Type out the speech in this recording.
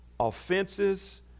offenses